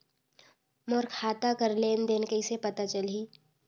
मोर खाता कर लेन देन कइसे पता चलही?